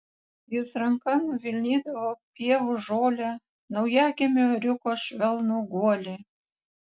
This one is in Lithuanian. jis ranka nuvilnydavo pievų žolę naujagimio ėriuko švelnų guolį